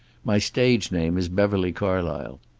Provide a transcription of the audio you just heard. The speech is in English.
my stage name is beverly carlysle.